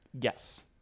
Yes